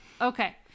Okay